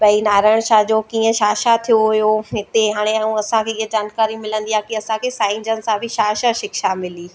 भई नारायण शाह जो कीअं छा छा थियो हुओ हिते हाणे ऐं असांखे इहे जानकारी मिलंदी आहे की असांखे साईं जन सां बि छा छा शिक्षा मिली